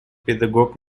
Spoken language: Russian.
педагог